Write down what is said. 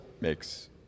makes